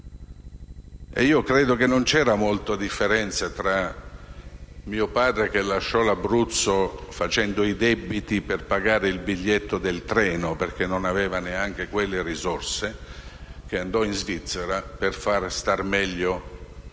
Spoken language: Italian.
Io credo che non ci sia molta differenza tra mio padre, che lasciò l'Abruzzo facendo i debiti per pagare il biglietto del treno (perché non aveva neanche quelle risorse) e andò in Svizzera per far stare meglio mia